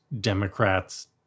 Democrats